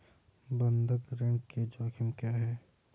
बंधक ऋण के जोखिम क्या हैं?